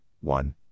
one